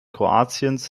kroatiens